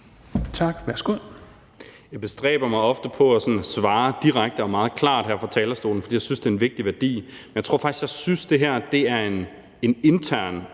Tak. Værsgo.